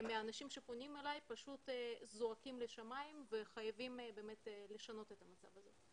מהאנשים שפונים אלי פשוט זועקים לשמיים וחייבים לשנות את המצב הזה.